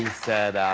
said,